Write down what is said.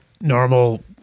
normal